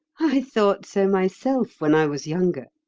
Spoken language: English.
i thought so myself when i was younger,